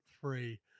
free